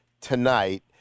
tonight